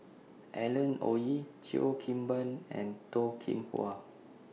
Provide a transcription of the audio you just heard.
Alan Oei Cheo Kim Ban and Toh Kim Hwa